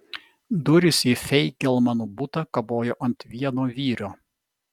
durys į feigelmano butą kabojo ant vieno vyrio